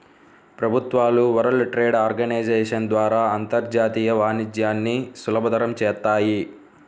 ప్రభుత్వాలు world trade organisation ద్వారా అంతర్జాతీయ వాణిజ్యాన్ని సులభతరం చేత్తాయి